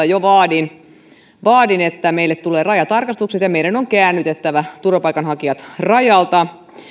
jo kaksituhattaviisitoista vaadin että meille tulee rajatarkastukset ja meidän on käännytettävä turvapaikanhakijat rajalta